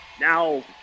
now